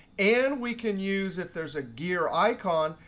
and we can use, if there's a gear icon,